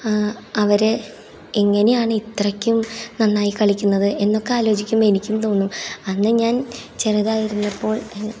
അവർ എങ്ങനെയാണ് ഇത്രയ്ക്കും നന്നായി കളിക്കുന്നത് എന്നൊക്കെ ആലോചിക്കുമ്പോൾ എനിക്കും തോന്നും അന്ന് ഞാൻ ചെറുതായിരുന്നപ്പോൾ